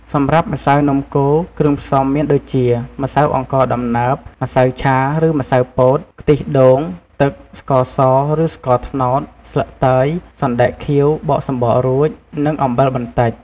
សម្រាប់ម្សៅនំកូរ គ្រឿងផ្សំមានដូចជា ម្សៅអង្ករដំណើប ម្សៅឆាឬម្សៅពោត ខ្ទិះដូង ទឹក ស្ករស ឬស្ករត្នោត ស្លឹកតើយ សណ្តែកខៀវបកសំបករួច និងអំបិលបន្តិច ។